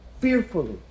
fearfully